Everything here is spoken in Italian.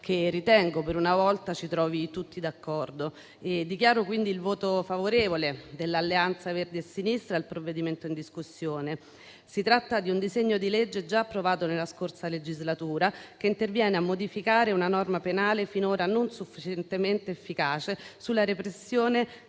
ci trovi, per una volta, tutti d'accordo. Dichiaro quindi il voto favorevole dell'Alleanza Verdi e Sinistra al provvedimento in discussione. Si tratta di un disegno di legge già approvato nella scorsa legislatura, che interviene a modificare una norma penale finora non sufficientemente efficace sulla repressione